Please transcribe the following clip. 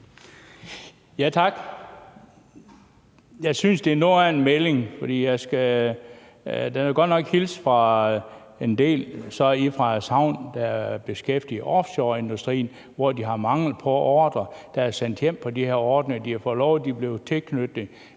Tak. Jeg synes, det er noget af en melding, for jeg skal da godt nok hilse fra en del i Frederikshavn, der er beskæftiget i offshoreindustrien, hvor de har mangel på ordrer, og som er sendt hjem på de her ordninger. De har fået lovet, at de blev tilknyttet